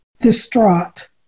distraught